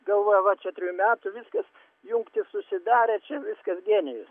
galvoja va čia trijų metų viskas jungtis susidarė čia viskas genijus